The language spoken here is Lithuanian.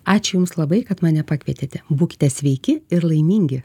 ačiū jums labai kad mane pakvietėte būkite sveiki ir laimingi